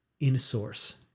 in-source